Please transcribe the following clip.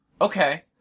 Okay